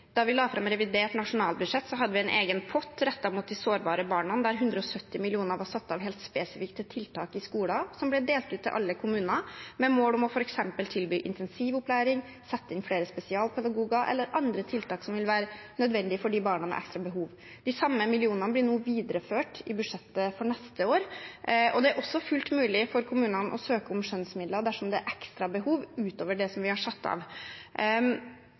Da vi la fram revidert nasjonalbudsjett, hadde vi en egen pott rettet mot de sårbare barna, der 170 mill. kr var satt av helt spesifikt til tiltak i skoler. Det ble delt ut til alle kommuner med mål om f.eks. å tilby intensivopplæring eller å sette inn flere spesialpedagoger – eller andre nødvendige tiltak for barn med ekstra behov. De samme millionene blir nå videreført i budsjettet for neste år. Det er også fullt mulig for kommunene å søke om skjønnsmidler dersom det er ekstra behov utover det vi har satt av.